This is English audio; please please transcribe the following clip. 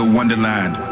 Wonderland